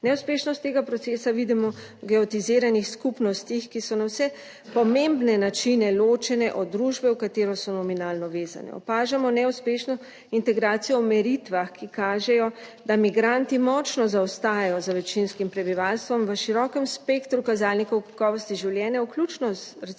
Neuspešnost tega procesa vidimo v getoiziranih skupnostih, ki so na vse pomembne načine ločene od družbe, v katero so nominalno vezane. Opažamo neuspešno integracijo v meritvah, ki kažejo, da migranti močno zaostajajo za večinskim prebivalstvom v širokem spektru kazalnikov kakovosti življenja, vključno z, recimo,